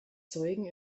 zeugen